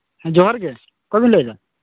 ᱡᱚᱦᱟᱨ ᱜᱮ ᱚᱠᱚᱭᱵᱤᱱ ᱞᱟᱹᱭᱫᱟ